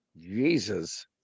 Jesus